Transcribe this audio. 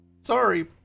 sorry